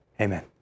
amen